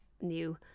new